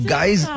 Guys